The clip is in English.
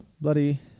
bloody